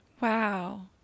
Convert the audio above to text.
Wow